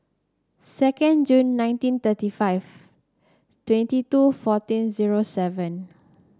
second Jun nineteen thirty five twenty two fourteen zero seven